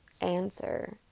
answer